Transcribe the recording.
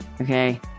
okay